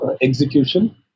Execution